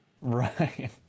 Right